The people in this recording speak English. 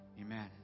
Amen